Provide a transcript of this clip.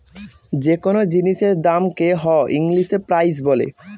যে কোনো জিনিসের দামকে হ ইংলিশে প্রাইস বলে